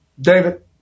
David